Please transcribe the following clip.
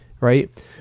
Right